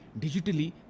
digitally